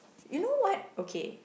you know what okay